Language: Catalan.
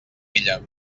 ella